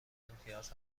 امتیاز